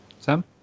Sam